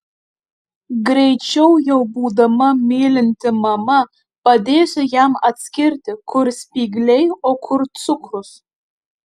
greičiau jau būdama mylinti mama padėsiu jam atskirti kur spygliai o kur cukrus